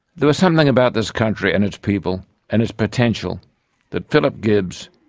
there was something about this country and its people and its potential that philip gibbs,